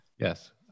Yes